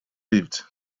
lived